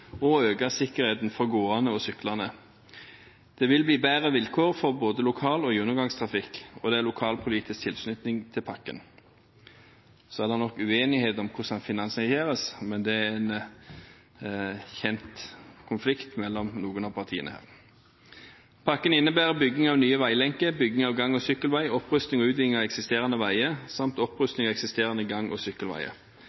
og øke sikkerheten for gående og syklende. Det vil bli bedre vilkår for både lokal- og gjennomgangstrafikk, og det er lokalpolitisk tilslutning til pakken. Så er det nok uenighet om hvordan dette skal finansieres, men det er en kjent konflikt mellom noen av partiene. Pakken innebærer bygging av nye veilenker, bygging av gang- og sykkelvei, opprustning og utviding av eksisterende veier samt opprustning av eksisterende gang- og sykkelveier.